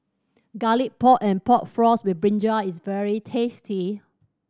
Garlic Pork and Pork Floss with brinjal is very tasty